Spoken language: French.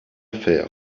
faire